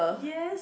yes